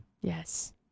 Yes